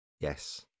yes